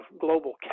global